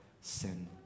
sin